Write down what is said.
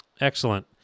Excellent